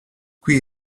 qui